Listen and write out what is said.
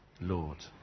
Lord